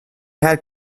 had